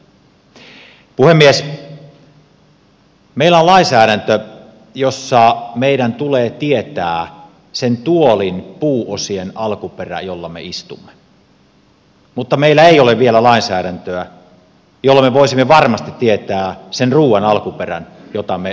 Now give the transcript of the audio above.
meillä on lainsäädäntö jossa meidän tulee tietää sen tuolin puuosien alkuperä jolla me istumme mutta meillä ei ole vielä lainsäädäntöä jolla me voisimme varmasti tietää sen ruuan alkuperän jota me suuhun laitamme